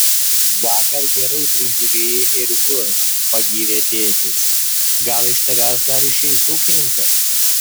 vakar gerai prižiūrėjai ėriukus pagyrė tėtis gal iš tavęs dar išeis ūkininkas